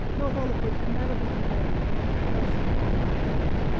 not all of which can ever be conveyed in any version in another language?